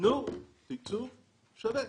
תנו תקצוב שווה.